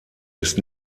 ist